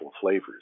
flavors